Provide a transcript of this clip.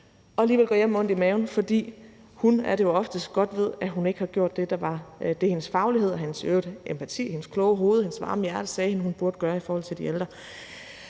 og alligevel går hjem med ondt i maven, fordi hun, er det jo oftest, godt ved, at hun ikke har gjort det, som hendes faglighed og i øvrigt hendes empati, hendes kloge hoved og hendes varme hjerte sagde, at hun burde gøre i forhold til de ældre.